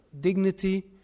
dignity